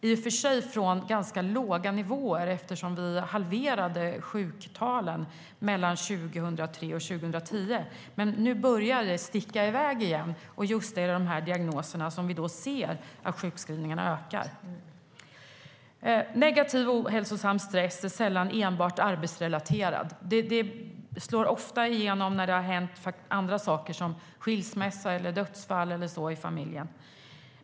I och för sig sker det från ganska låga nivåer, eftersom vi halverade sjuktalen mellan 2003 och 2010, men nu börjar de sticka i väg igen. Det är just för dessa diagnoser som vi ser att sjukskrivningarna ökar. Negativ och ohälsosam stress är sällan enbart arbetsrelaterad. Den slår ofta igenom när det har hänt andra saker, som skilsmässa, dödsfall eller annat i familjen.